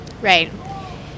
Right